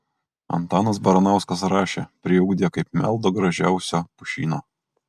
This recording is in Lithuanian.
antanas baranauskas rašė priugdę kaip meldo gražiausio pušyno